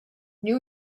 new